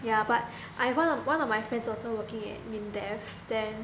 ya but I I have one of my friends also working in mindef then